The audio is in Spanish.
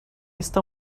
esta